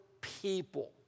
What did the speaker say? people